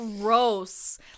gross